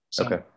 Okay